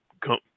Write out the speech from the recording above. come